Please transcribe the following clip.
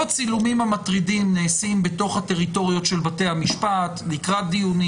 צלמים לתוך אולם בית המשפט, זה כתוב בחוק.